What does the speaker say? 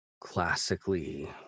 classically